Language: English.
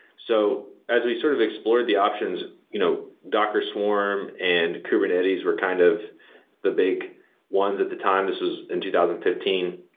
so as we sort of explored the options, you know docker swarm and kubernetes were kind of the big ones at the time. this was in two thousand and fifteen.